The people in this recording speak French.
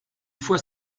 fois